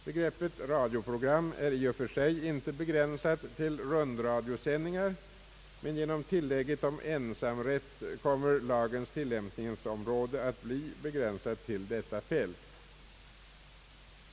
Begreppet radioprogram är i och för sig inte begränsat till rundradiosändningar, men genom tillägget om ensamrätt kommer lagens tillämpningsområde att bli begränsat till detta fält.